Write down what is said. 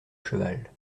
cheval